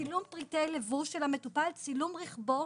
צילום פריטי לבוש של המטופל, צילום רכבו,